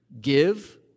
Give